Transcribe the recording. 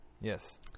yes